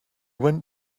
went